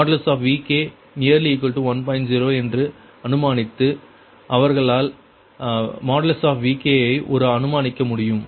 0 என்று அனுமானித்து அவர்களால் Vk ஐ ஒரு அனுமானிக்க முடியும்